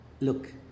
look